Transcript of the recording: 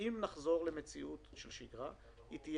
והאם נשקלה האפשרות שלהם לגשת